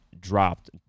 dropped